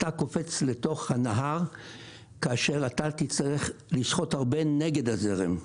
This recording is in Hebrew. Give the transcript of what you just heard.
אתה קופץ לתוך הנהר כאשר אתה תצטרך לשחות הרבה נגד הזרם.